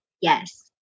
Yes